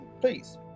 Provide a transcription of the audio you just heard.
please